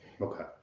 Okay